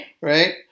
Right